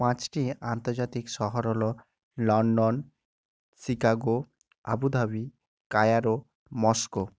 পাঁচটি আন্তর্জাতিক শহর হলো London Chicago Abu Dhabi Cairo Moscow